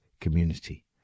community